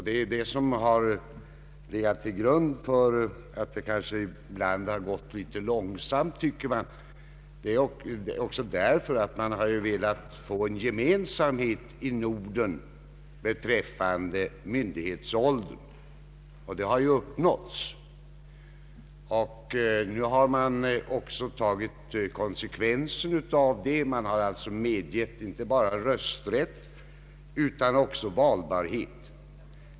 Detta har varit anledningen till att behandlingen av frågan ibland har gått litet långsamt. Den saken beror också på att man har önskat en viss likformighet be träffande myndighetsåldern i Norden, och det har även uppnåtts.